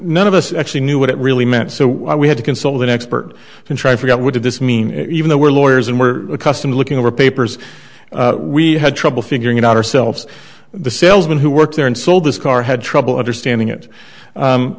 none of us actually knew what it really meant so we had to consult an expert in traffic i would have this mean even though we're lawyers and we're accustomed looking over papers we had trouble figuring it out ourselves the salesman who worked there and sold this car had trouble understanding it